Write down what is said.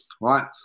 Right